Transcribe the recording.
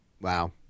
Wow